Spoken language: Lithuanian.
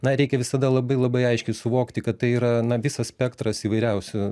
na reikia visada labai labai aiškiai suvokti kad tai yra na visas spektras įvairiausių